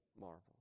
marvel